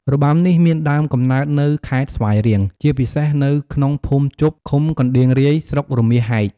របាំនេះមានដើមកំណើតនៅខេត្តស្វាយរៀង ជាពិសេសនៅក្នុងភូមិជប់ ឃុំកណ្តៀងរាយ ស្រុករមាសហែក។